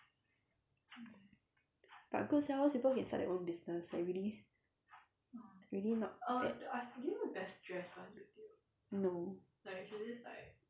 but good sia once people can start their own business like really really not bad no